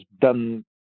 done